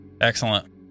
excellent